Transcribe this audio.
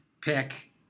pick